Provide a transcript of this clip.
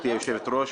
גברתי היושבת-ראש,